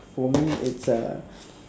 for me it's uh